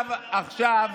אני מאוד ענייני.